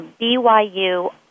BYU